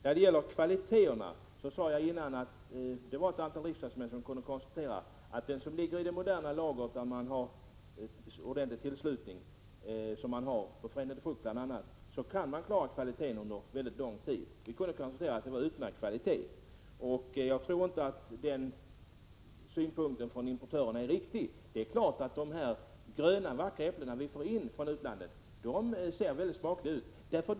När det gäller kvaliteten sade jag tidigare att ett antal riksdagsledamöter har kunnat konstatera att den frukt som ligger i moderna lager med ordentlig tillslutning — som hos Förenade Frukt bl.a. — kan klara kvaliteten under mycket lång tid. Vi kunde konstatera att kvaliteten var utmärkt. Jag tror inte att importörernas synpunkter är riktiga. Det är klart att dessa gröna, vackra äpplen som vi får in från utlandet ser mycket smakliga ut.